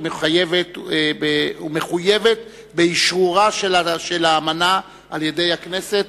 היא מחויבת באשרורה של האמנה על-ידי הכנסת,